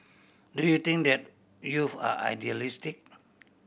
do you think that youth are idealistic